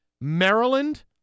Maryland